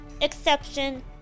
exception